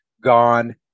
gone